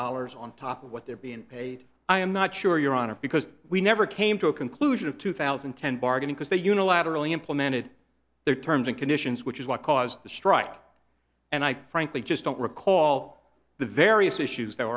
dollars on top of what they're being paid i am not sure your honor because we never came to a conclusion of two thousand and ten bargain because they unilaterally implemented their terms and conditions which is what caused the strike and i frankly just don't recall the various issues that